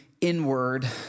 Inward